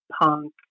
punk